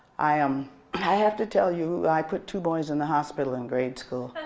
i um i have to tell you, i put two boys in the hospital in grade school.